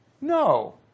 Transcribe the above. No